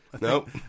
Nope